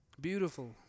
Beautiful